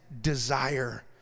desire